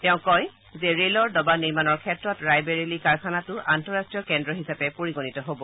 তেওঁ কয় যে ৰেলৰ ডবা নিৰ্মাণৰ ক্ষেত্ৰত ৰায়বেৰেলী কাৰখানাটো আন্তঃৰষ্টীয় কেন্দ্ৰ হিচাপে পৰিগণিত হব